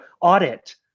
audit